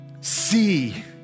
see